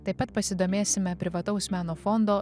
taip pat pasidomėsime privataus meno fondo